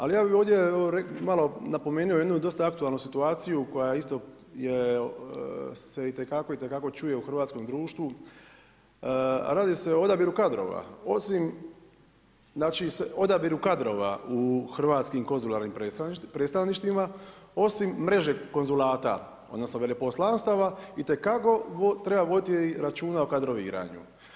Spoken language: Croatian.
Ali ja bih ovdje napomenuo jednu dosta aktualnu situaciju koja se isto itekako, itekako čuje u hrvatskom društvu, radi se o odabiru kadrova, odabiru kadrova u hrvatskim konzularnim predstavništva osim mreže konzulata odnosno veleposlanstava, itekako treba voditi računa o kadroviranju.